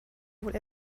wohl